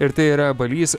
ir tai yra balys